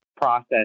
process